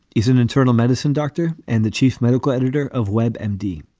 he's an internal medicine doctor and the chief medical editor of web m d.